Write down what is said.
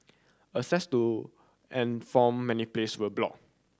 access to and from many place were blocked